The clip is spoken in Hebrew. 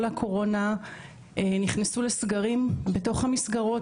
תקופת הקורונה נכנסו לסגרים בתוך המסגרות,